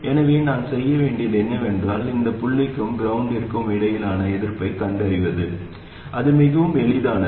எனவே நான் செய்ய வேண்டியது என்னவென்றால் இந்த புள்ளிக்கும் கிரௌண்டிற்கும் இடையிலான எதிர்ப்பைக் கண்டறிவது அது மிகவும் எளிதானது